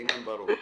העניין ברור.